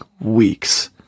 weeks